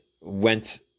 went